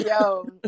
Yo